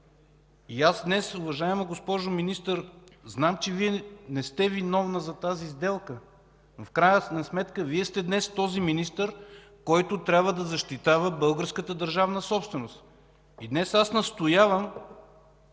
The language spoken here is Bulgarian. цена? Уважаема госпожо Министър, знам, че Вие не сте виновна за тази сделка, но в крайна сметка Вие сте днес този министър, който трябва да защитава българската държавна собственост. Днес аз настоявам